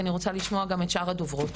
כי אני רוצה גם לשמוע את שאר הדוברות.